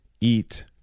eat